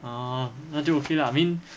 ah 那就 okay lah I mean